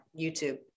YouTube